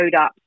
up